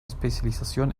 especialización